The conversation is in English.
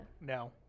No